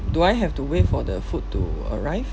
do I have to wait for the food to arrive